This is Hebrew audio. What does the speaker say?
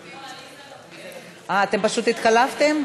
אה, אתם פשוט התחלפתן?